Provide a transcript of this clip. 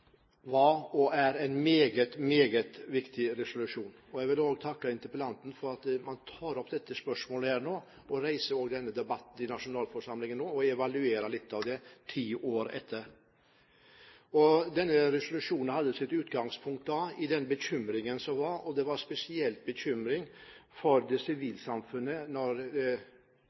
og er en meget, meget viktig resolusjon. Jeg vil takke interpellanten for at hun tar opp dette spørsmålet og reiser denne debatten i nasjonalforsamlingen nå, så vi kan evaluere det litt ti år etterpå. Denne resolusjonen hadde sitt utgangspunkt i den bekymringen som var da. Det var spesielt en bekymring for sivilsamfunnet under herjingene, spesielt herjinger overfor kvinner og barn, som utgjør det